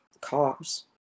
cars